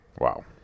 Wow